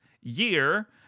year